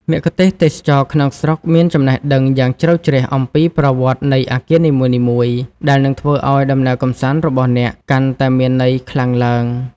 មគ្គុទ្ទេសក៍ទេសចរណ៍ក្នុងស្រុកមានចំណេះដឹងយ៉ាងជ្រៅជ្រះអំពីប្រវត្តិនៃអគារនីមួយៗ ដែលនឹងធ្វើឱ្យដំណើរកម្សាន្តរបស់អ្នកកាន់តែមានន័យខ្លាំងឡើង។